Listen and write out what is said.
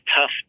tough